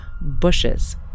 bushes